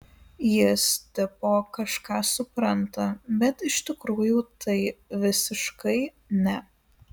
jis tipo kažką supranta bet iš tikrųjų tai visiškai ne